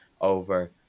over